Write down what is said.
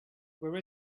where